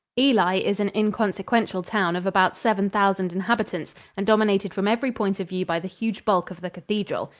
ely is an inconsequential town of about seven thousand inhabitants and dominated from every point of view by the huge bulk of the cathedral.